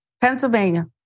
Pennsylvania